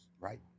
Right